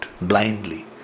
blindly